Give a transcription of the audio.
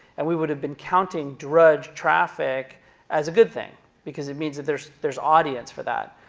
and we would've been counting drudge traffic as a good thing because it means that there's there's audience for that.